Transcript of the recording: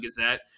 Gazette